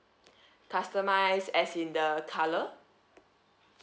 customise as in the colour